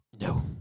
No